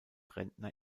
rentner